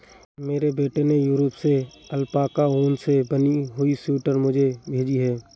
मेरे बेटे ने यूरोप से अल्पाका ऊन से बनी हुई स्वेटर मुझे भेजी है